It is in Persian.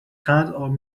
قنداب